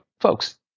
folks